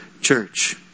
church